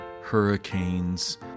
hurricanes